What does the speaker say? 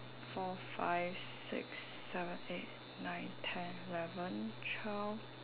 four five six seven eight nine ten eleven twelve